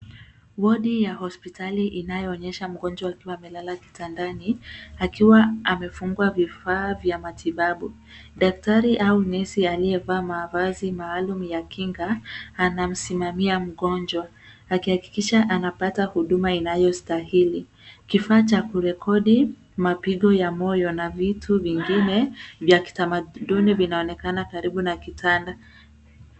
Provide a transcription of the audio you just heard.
Wodi ya hospitali inayoonyesha mgonjwa akiwa amelala kitandani, akiwa amefungwa vifaa vya matibabu. Daktari au nesi aliyevaa mavazi maalum ya kinga anamsimamia mgonjwa, akihakikisha anapata huduma inayostahili. Kifaa cha kurekodi mapigo ya moyo na vitu vingine vya kitamaduni vinaonekana karibu na kitanda.